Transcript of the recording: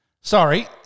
sorry